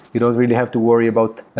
you don't really have to worry about